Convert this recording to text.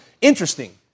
Interesting